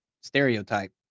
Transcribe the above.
stereotype